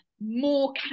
more